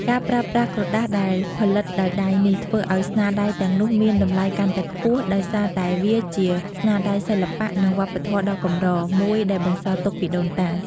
ការប្រើប្រាស់ក្រដាសដែលផលិតដោយដៃនេះ ធ្វើឱ្យស្នាដៃទាំងនោះមាន តម្លៃកាន់តែខ្ពស់ ដោយសារតែវាជា ស្នាដៃសិល្បៈ និងវប្បធម៌ដ៏កម្រ មួយដែលបន្សល់ទុកពីដូនតា។